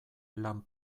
lan